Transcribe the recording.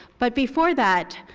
but before that,